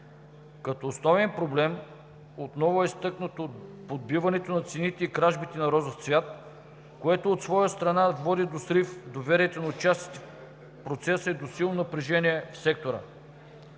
Като основен проблем отново е изтъкнато подбиването на цените и кражбите на розов цвят, което от своя страна води до срив в доверието на участниците в процеса и до силно напрежение в сектора.